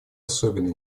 особенно